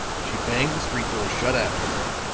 she banged the street door shut after her,